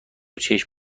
چشم